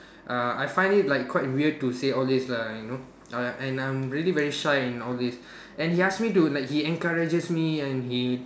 err I find it like quite weird to say all this lah you know uh and I'm really very shy in all these and he ask me to like he encourages me and he